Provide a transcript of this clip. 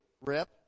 Rip